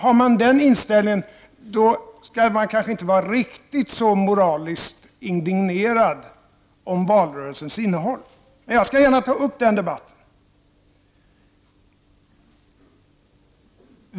Har man den inställningen skall man nog inte vara riktigt så moraliskt indignerad över valrörelsens innehåll. Men jag skall gärna ta upp den debatten.